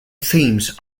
themes